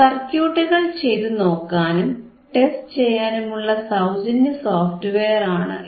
സർക്യൂട്ടുകൾ ചെയ്തു നോക്കാനും ടെസ്റ്റ് ചെയ്യാനുമുള്ള സൌജന്യ സോഫ്റ്റ് വെയറാണ് ഇത്